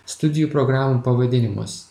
studijų programų pavadinimus